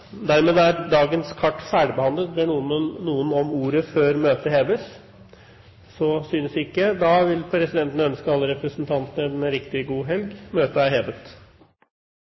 Dermed er dagens kart ferdigbehandlet. Ber noen om ordet før møtet heves? Så synes ikke. Da vil presidenten ønske alle representantene en god helg. – Møtet er hevet.